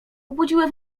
obudziły